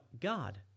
God